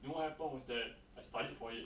you know what happened was that I studied for it